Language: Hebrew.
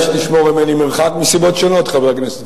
כדאי שתשמור ממני מרחק, מסיבות שונות, חבר הכנסת